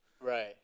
right